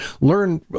learn